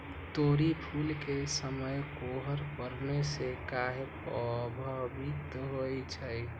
तोरी फुल के समय कोहर पड़ने से काहे पभवित होई छई?